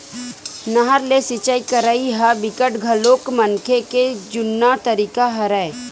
नहर ले सिचई करई ह बिकट घलोक मनखे के जुन्ना तरीका हरय